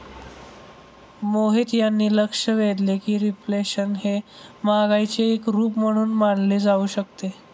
मोहित यांनी लक्ष वेधले की रिफ्लेशन हे महागाईचे एक रूप म्हणून मानले जाऊ शकते